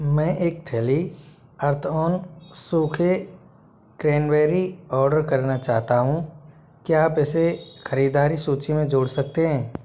मैं एक थैली अर्थऑन सूखे क्रैनबेरी ऑर्डर करना चाहता हूँ क्या आप इसे ख़रीदारी सूची में जोड़ सकते हैं